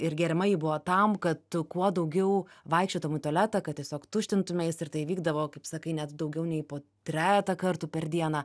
ir geriama ji buvo tam kad tu kuo daugiau vaikščiotum į tualetą kad tiesiog tuštintumeis ir tai vykdavo kaip sakai net daugiau nei po trejetą kartų per dieną